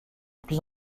plus